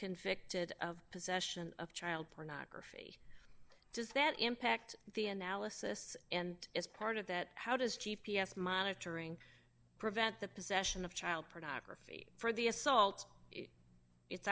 convicted of possession of child pornography does that impact the analysis and is part of that how does chief p s monitoring prevent the possession of child pornography for the assault it's